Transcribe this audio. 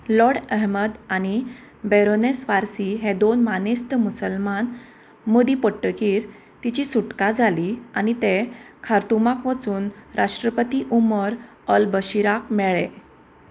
Lord Ahmed आनी baroness फारसी हे दोन मानेस्त मुसलमान मदीं पडटकीर तिची सुटका जाली आनी ते खारतुमाक वचून राष्ट्रपती उमर अल्बशीराक मेळ्ळें